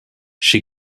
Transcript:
she